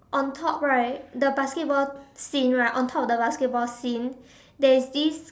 on top right the basketball scene right on top of the basketball scene there is this